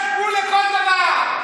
יש גבול לכל דבר.